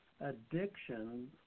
addiction